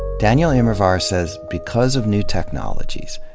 daniel immerwahr says, because of new technologies,